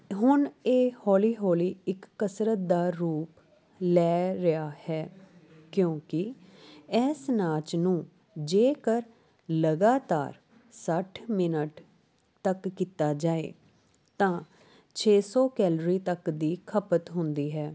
ਹੁਣ ਇਹ ਹੌਲੀ ਹੌਲੀ ਇੱਕ ਕਸਰਤ ਦਾ ਰੂਪ ਲੈ ਰਿਹਾ ਹੈ ਕਿਉਂਕਿ ਇਸ ਨਾਚ ਨੂੰ ਜੇਕਰ ਲਗਾਤਾਰ ਸੱਠ ਮਿਨਟ ਤੱਕ ਕੀਤਾ ਜਾਏ ਤਾਂ ਛੇ ਸੌ ਕੈਲਰੀ ਤੱਕ ਦੀ ਖਪਤ ਹੁੰਦੀ ਹੈ